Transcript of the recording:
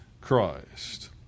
Christ